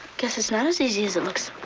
guess it's not as easy as it looks.